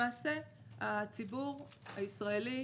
למעשה הציבור הישראלי